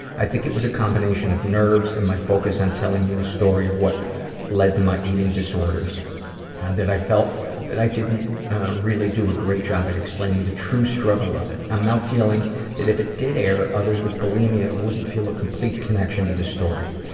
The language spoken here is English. i think it was a combination of nerves and my focus on telling you the story of what led to my eating disorders that i felt that i didn't really do a great job of explaining the true struggle of it. i'm now feeling that if it did air, others with bulimia wouldn't feel a complete connection to the story.